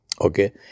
Okay